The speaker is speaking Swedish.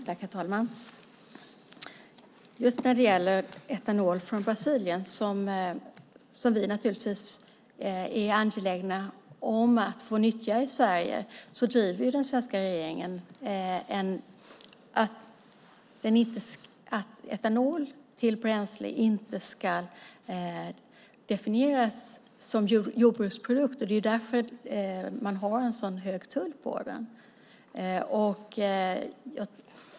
Herr talman! Just när det gäller etanol från Brasilien, som naturligtvis vi i Sverige är angelägna om att få nyttja, driver den svenska regeringen att etanol till bränsle inte ska definieras som jordbruksprodukt. Det är därför som man har en sådan hög tull på den.